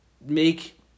make